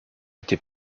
été